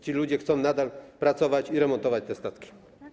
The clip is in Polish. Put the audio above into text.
Ci ludzie chcą nadal pracować i remontować te statki.